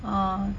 ah